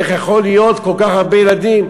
איך יכול להיות כל כך הרבה ילדים.